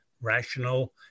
rational